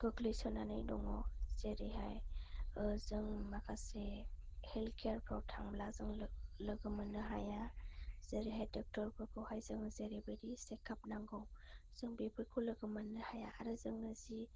गोग्लैसोनानै दङ' जेरैहाय जों माखासे हेल्थकेयारफ्राव थांब्ला जों लोगो मोननो हाया जेरैहाय डक्टरफोरखौहाय जों जेरैबायदि चेकाप नांगौ जों बेफोरखौ लोगो मोननो हाया आरो जोंनो जि